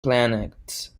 planets